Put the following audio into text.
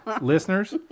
listeners